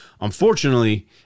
Unfortunately